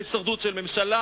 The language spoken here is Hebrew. בהישרדות של ממשלה,